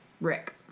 Rick